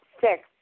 Six